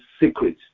secret